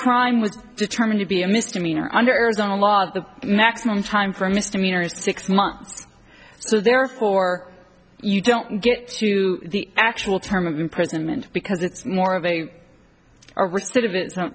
crime was determined to be a misdemeanor under arizona law the maximum time for a misdemeanor six months so therefore you don't get to the actual term of imprisonment because it's more of a arrested of it